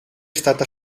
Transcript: stata